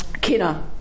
Kina